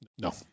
No